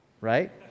right